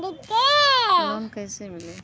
Loan कइसे मिलि?